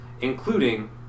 including